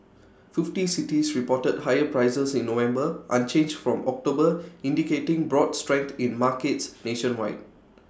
fifty cities reported higher prices in November unchanged from October indicating broad strength in markets nationwide